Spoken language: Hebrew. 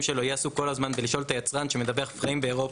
יהיה כל הזמן עסוק בלשאול את היצרן שמדווח פריים באירופה: